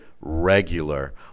regular